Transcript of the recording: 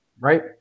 Right